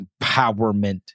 empowerment